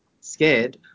scared